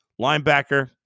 Linebacker